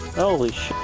holy sh